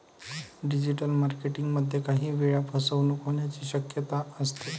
digital marketing मध्ये काही वेळा फसवणूक होण्याची शक्यता असते